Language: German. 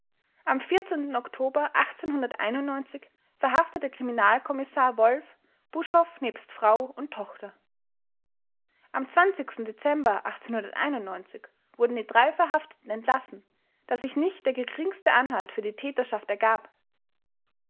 am oktober verhaftete kriminalkommissar wolff buschhoff nebst frau und tochter am dezember wurden die drei verhafteten entlassen da sich nicht der geringste anhalt für die täterschaft ergab